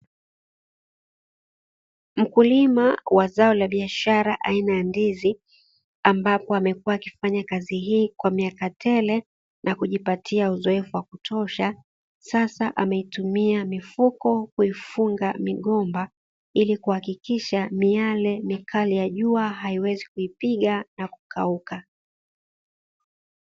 Mkulima wa zao la biashara aina ya ndizi, ambapo amekua akifanya kazi hii kwa miaka tele, na kujipatia uzoefu wa kutosha, sasa ameitumia mifuko, kuifunga migomba, ili kuhakikisha miale mikali ya jua, haiwezi kuipiga na kukauka.